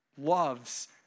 loves